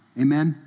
Amen